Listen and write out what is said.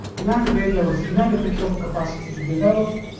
and and barrier was inadequate local capacity to develop,